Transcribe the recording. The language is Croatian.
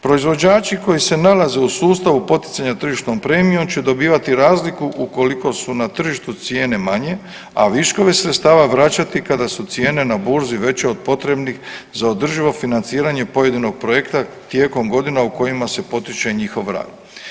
Proizvođači koji se nalaze u sustavu poticanja tržišnom premijom će dobivati razliku ukoliko su na tržištu cijene manje, a viškovi sredstava vraćati kada su cijene na burzi veće od potrebnih za održivo financiranje pojedinog projekta tijekom godina u kojima se potiče njihov rad.